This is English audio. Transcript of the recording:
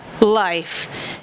life